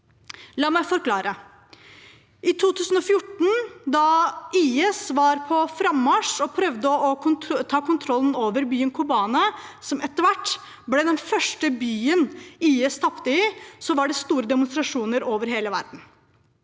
La meg forklare. I 2014, da IS var på frammarsj og prøvde å ta kontrollen over byen Kobane, som etter hvert ble den første byen IS tapte i, var det store demonstrasjoner over hele verden.